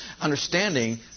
understanding